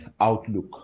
outlook